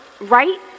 Right